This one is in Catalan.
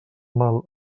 mal